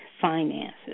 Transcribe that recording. finances